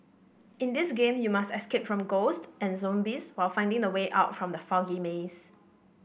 in this game you must escape from ghost and zombies while finding the way out from the foggy maze